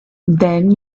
then